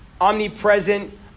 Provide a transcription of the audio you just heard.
omnipresent